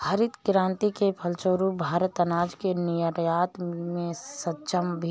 हरित क्रांति के फलस्वरूप भारत अनाज के निर्यात में भी सक्षम हो गया